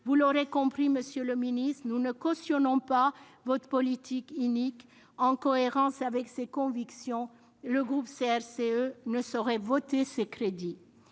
Vous l'aurez compris, monsieur le ministre, nous ne cautionnons pas votre politique inique. En cohérence avec ses convictions, le groupe CRCE ne saurait voter ces crédits.